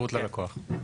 שירות ללקוח.